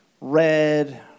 red